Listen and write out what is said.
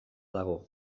dago